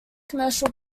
commercial